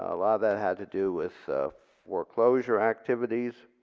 a lot of that had to do with foreclosure activities,